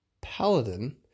Paladin